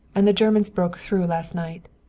and the germans broke through last night.